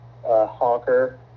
honker